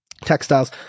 textiles